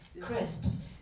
crisps